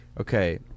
Okay